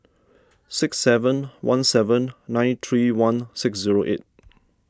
six seven one seven nine three one six zero eight